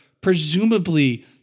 presumably